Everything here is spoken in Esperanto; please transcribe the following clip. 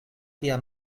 tia